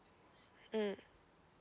mm